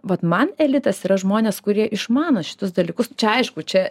vat man elitas yra žmonės kurie išmano šituos dalykus čia aišku čia